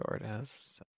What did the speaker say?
Shortest